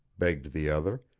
begged the other.